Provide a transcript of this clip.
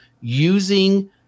using